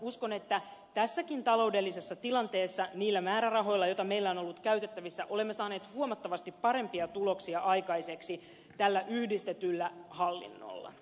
uskon että tässäkin taloudellisessa tilanteessa niillä määrärahoilla jota meillä on ollut käytettävissä olemme saaneet huomattavasti parempia tuloksia aikaiseksi tällä yhdistetyllä hallinnolla